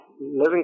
living